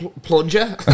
plunger